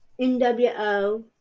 NWO